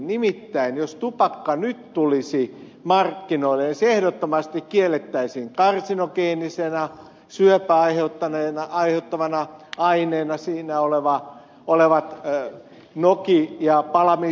nimittäin jos tupakka nyt tulisi markkinoille niin se ehdottomasti kiellettäisiin karsinogeenisena syöpää aiheuttavana aineena siinä olevien noki ja palamistuotteiden vuoksi